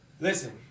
Listen